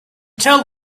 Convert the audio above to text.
tell